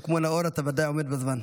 וכמו נאור אתה ודאי עומד בזמן.